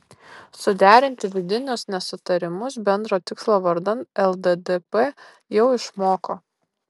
suderinti vidinius nesutarimus bendro tikslo vardan lddp jau išmoko